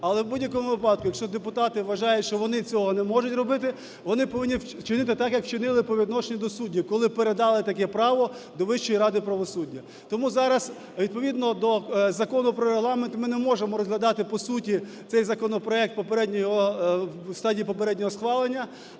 Але в будь-якому випадку, якщо депутати вважають, що вони цього не можуть робити, вони повинні вчинити так, як вчинили по відношенню до суддів, коли передали таке право до Вищої ради правосуддя. Тому зараз відповідно до Закону про Регламент ми не можемо розглядати по суті цей законопроект в стадії попереднього схвалення,